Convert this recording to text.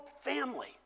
family